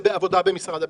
זה בעבודה במשרד הביטחון.